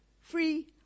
free